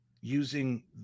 using